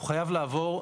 הוא חייב לעבור.